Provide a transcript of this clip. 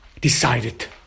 decided